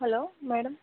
hello madam